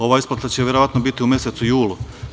Ova isplata će verovatno biti u mesecu julu.